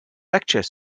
lecture